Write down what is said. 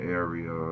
area